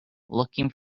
looking